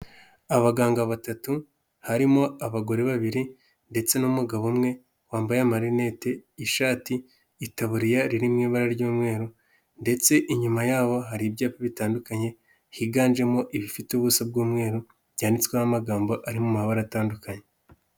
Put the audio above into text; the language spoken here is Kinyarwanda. Abaganga batatu harimo abagore babiri ndetse n'umugabo umwe wambaye marinete, ishati, itaburiya iri mu ibara ry'umweru ndetse inyuma yaho hari ibyapa bitandukanye higanjemo ibifite ubuso bw'umweru, byanditsweho n'amagambo ari mu mabara atandukanye.